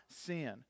sin